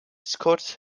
scott